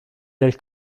del